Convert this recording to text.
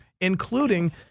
including